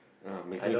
um my friend